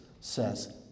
says